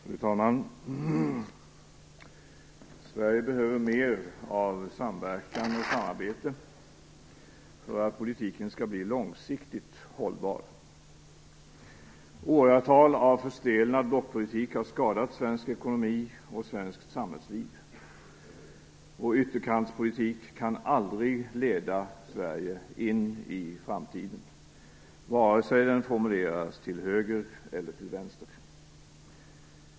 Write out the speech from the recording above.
Fru talman! Sverige behöver mer av samverkan och samarbete för att politiken skall bli långsiktigt hållbar. Åratal av förstelnad blockpolitik har skadat svensk ekonomi och svenskt samhällsliv. Ytterkantspolitik kan aldrig leda Sverige in i framtiden, vare sig den formuleras till höger eller till vänster.